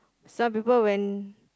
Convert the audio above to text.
some people when